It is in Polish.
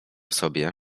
sobie